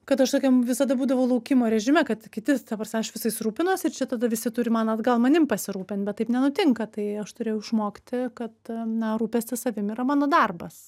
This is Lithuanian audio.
kad aš tokiam visada būdavau laukimo režime kad kiti ta prasme aš visais rūpinuosi ir čia tada visi turi man atgal manim pasirūpint bet taip nenutinka tai aš turėjau išmokti kad na rūpestis savim yra mano darbas